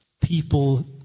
People